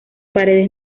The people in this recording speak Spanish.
paredes